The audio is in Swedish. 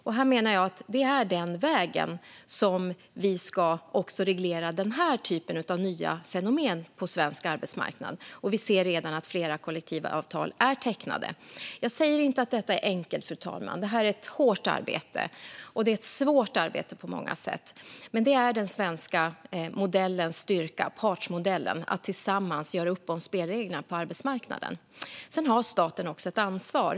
Jag menar att det är på den vägen vi ska reglera också den här typen av nya fenomen på svensk arbetsmarknad. Vi ser redan att flera kollektivavtal är tecknade. Fru talman! Jag säger inte att detta är enkelt. Det är ett hårt arbete, och det är ett svårt arbete på många sätt. Men det är den svenska partsmodellens styrka att tillsammans göra upp om spelreglerna på arbetsmarknaden. Staten har också ett ansvar.